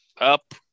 Up